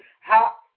hop